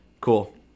cool